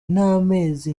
n’amezi